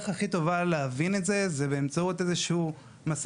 אנחנו כן אוהבים להבהיר את המצב באיזו שהיא שורה